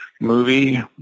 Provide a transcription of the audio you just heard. movie